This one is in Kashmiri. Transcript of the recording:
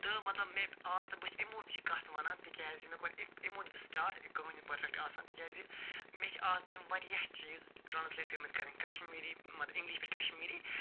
تہٕ مَطلَب مےٚ آز تام بہٕ چھُس اَمہِ موٗبٕج یہِ کتھ ونان تِکیٛازِ مےٚ کوٚر اَمہِ موٗجوب یہِ سِٹاٹ کہِ کٕہۭنۍ چھِنہٕ پٔرفٮ۪کٹ آسان تِکیٛازِ مےٚ چھِ آز تام واریاہ چیٖز ٹرٛانٕسلیٹ پیٚمٕتۍ کَرٕنۍ کشمیٖری مَطلَب اِنٛگلِش پٮ۪ٹھ کَشمیٖری